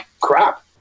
crap